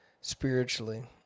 spiritually